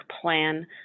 plan